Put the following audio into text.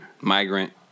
Migrant